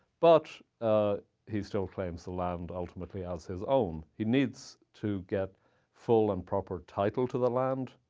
but ah he still claims the land, ultimately, as his own. he needs to get full and proper title to the land,